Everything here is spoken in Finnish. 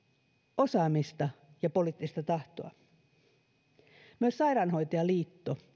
osaamista ja poliittista tahtoa myös sairaanhoitajaliitto